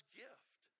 gift